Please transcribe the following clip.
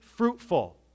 fruitful